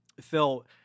Phil